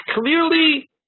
clearly